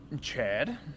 Chad